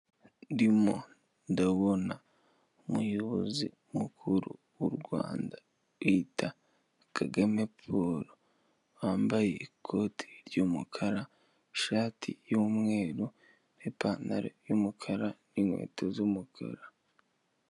Ndimo ndabona umuyobozi mukuru w'u Rwanda bita Kagame Paul, wambaye ikoti ry'umukara, ishati y'umweru n'ipantaro y'umukara n'inkweto z'umukara.